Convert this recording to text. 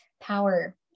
power